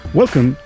welcome